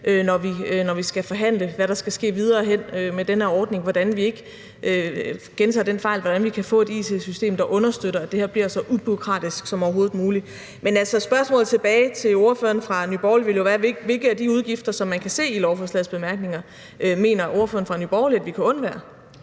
når vi skal forhandle, da også, hvad der skal ske videre hen med den her ordning, hvordan vi ikke gentager den fejl, og hvordan vi kan få et it-system, der understøtter, at det her bliver så ubureaukratisk som overhovedet muligt. Men spørgsmålet tilbage til ordføreren fra Nye Borgerlige vil jo være: Hvilke af de udgifter, som man kan se i lovforslagets bemærkninger, mener ordføreren fra Nye Borgerlige at vi kan undvære?